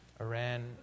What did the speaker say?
Iran